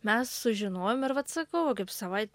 mes sužinojom ir vat sakau va kaip savait